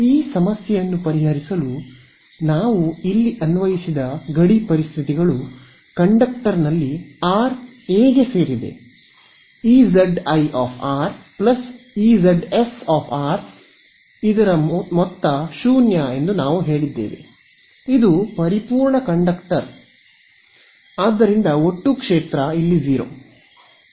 ಈ ಸಮಸ್ಯೆಯನ್ನು ಪರಿಹರಿಸಲು ನಾವು ಇಲ್ಲಿ ಅನ್ವಯಿಸಿದ ಗಡಿ ಪರಿಸ್ಥಿತಿಗಳು ಕಂಡಕ್ಟರ್ನಲ್ಲಿ r ∈ A ಗಾಗಿ Ez i Ez s 0 ಎಂದು ನಾವು ಹೇಳಿದ್ದೇವೆ ಇದು ಪರಿಪೂರ್ಣ ಕಂಡಕ್ಟರ್ ಆದ್ದರಿಂದ ಒಟ್ಟು ಕ್ಷೇತ್ರ 0